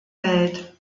welt